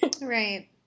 right